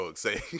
say